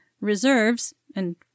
reserves—and—